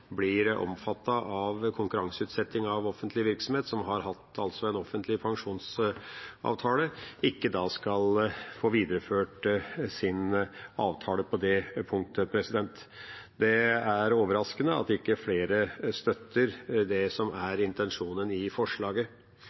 blir omfattet av konkurranseutsetting av offentlig virksomhet, som altså har hatt en offentlig pensjonsavtale, ikke skal få videreført sin avtale på det punktet. Det er overraskende at ikke flere støtter det som er intensjonen i forslaget.